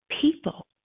people